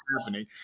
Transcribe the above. happening